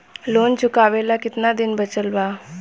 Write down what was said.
Loan चुकावे ला कितना दिन बचल बा?